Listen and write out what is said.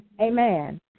Amen